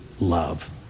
love